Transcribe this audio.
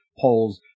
polls